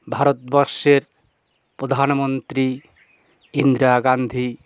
ভারতবর্ষের প্রধানমন্ত্রী ইন্দিরা গান্ধী